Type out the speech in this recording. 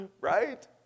right